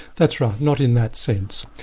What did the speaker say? that's right, not in that sense.